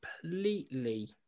completely